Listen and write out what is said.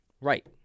Right